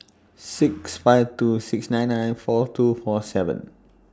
six five two six nine nine four two four seven